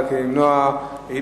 אבל כדי למנוע אי-בהירות,